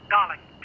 Darling